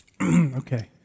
Okay